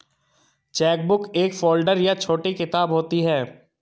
chequebook एक folder या छोटी किताब होती है